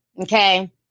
Okay